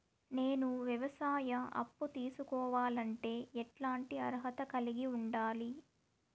నేను వ్యవసాయ అప్పు తీసుకోవాలంటే ఎట్లాంటి అర్హత కలిగి ఉండాలి?